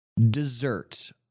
dessert